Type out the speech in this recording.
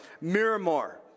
Miramar